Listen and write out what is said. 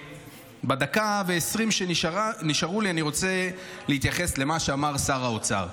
בדקה ו-20 שניות שנשארו לי אני רוצה להתייחס למה שאמר שר האוצר.